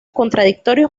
contradictorios